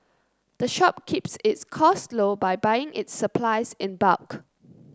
the shop keeps its costs low by buying its supplies in bulk